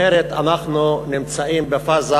אחרת אנחנו נמצאים בפאזה,